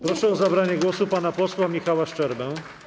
Proszę o zabranie głosu pana posła Michała Szczerbę.